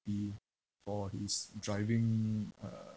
for his driving uh